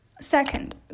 Second